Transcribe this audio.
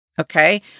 okay